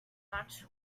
much